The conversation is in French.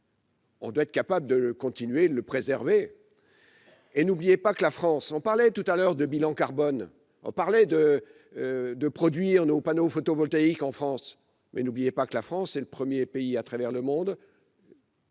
On doit être capable de continuer le préserver et n'oubliez pas que la France, on parlait tout à l'heure du bilan carbone, on parlait de de produire nos panneaux photovoltaïques en France mais n'oubliez pas que la France est le 1er pays à travers le monde.